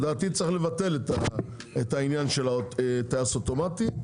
לדעתי צריך לבטל את העניין של הטייס האוטומטי,